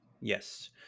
Yes